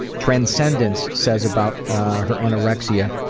transcendence says about her anorexia,